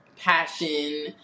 passion